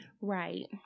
Right